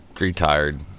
retired